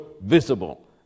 visible